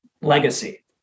legacy